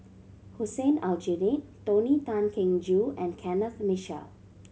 Hussein Aljunied Tony Tan Keng Joo and Kenneth Mitchell